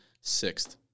sixth